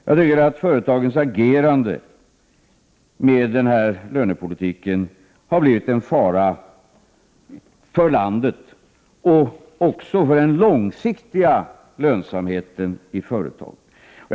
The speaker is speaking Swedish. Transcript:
Jag tycker att företagens agerande när det gäller lönepolitiken har blivit en fara för landet och också för den långsiktiga lönsamheten i företagen.